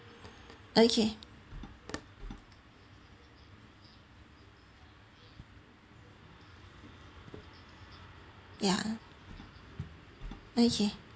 okay ya okay